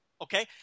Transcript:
okay